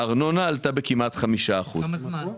הארנונה עלתה בכמעט 5%. בכמה זמן?